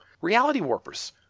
reality-warpers